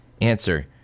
Answer